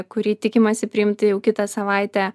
kurį tikimasi priimti jau kitą savaitę